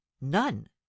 none